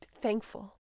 thankful